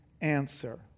answer